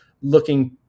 Looking